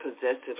possessive